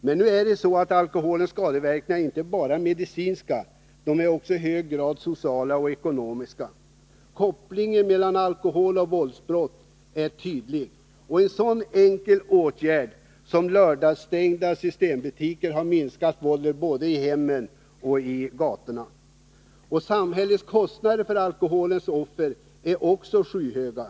Men alkholens skadeverkningar är inte bara medicinska — de är också i hög grad sociala och ekonomiska. Kopplingen mellan alkohol och våldsbrott är tydlig. En sådan enkel åtgärd som lördagsstängda systembutiker har minskat våldet, både i hemmen och på gatorna. Samhällets kostnader för alkoholens offer är också skyhöga.